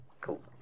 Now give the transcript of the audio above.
Cool